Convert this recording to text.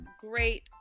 great